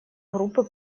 группы